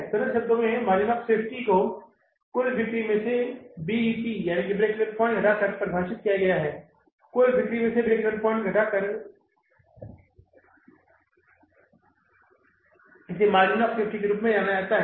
सरल शब्दों में मार्जिन ऑफ़ सेफ्टी को कुल बिक्री में से BEP बिक्री को घटाकर परिभाषित किया गया है कुल बिक्री में से ब्रेक ईवन बिंदु बिक्री घटाकर इसे मार्जिन ऑफ़ सेफ्टी के रूप में जाना जाता है